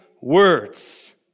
words